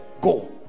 go